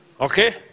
Okay